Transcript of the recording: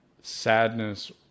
sadness